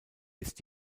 ist